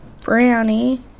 brownie